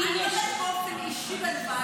אם יש --- אני אומרת את זה באופן אישי בלבד.